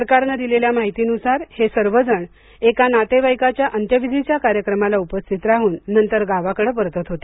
सरकारने दिलेल्या माहितीनुसार हे सर्व जण एका नातेवाईकाचा अंत्यविधीच्या कार्यक्रमाला उपस्थित राहून नंतर गावाकडं परतत होते